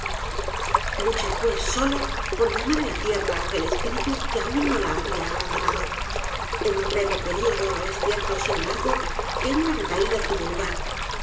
luché pues solo por llamar á la tierra aquel espíritu que aún no la había abandonado en un breve período es cierto sin embargo que una recaída tuvo lugar